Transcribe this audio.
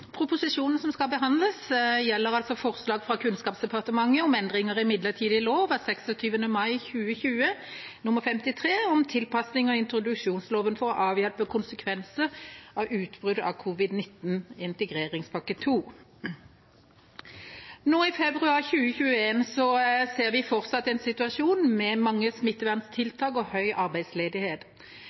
Proposisjonen som skal behandles, gjelder forslag fra Kunnskapsdepartementet om endringer i midlertidig lov av 26. mai 2020 nr. 53, om tilpasninger i introduksjonsloven for å avhjelpe konsekvenser av utbrudd av covid-19, integreringspakke II. Nå i februar 2021 ser vi fortsatt en situasjon med mange smitteverntiltak og høy arbeidsledighet.